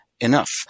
enough